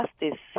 justice